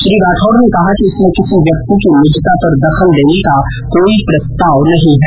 श्री राठौड़ ने कहा कि इसमें किसी व्यक्ति की निजता पर दखल देने का कोई प्रस्ताव नहीं है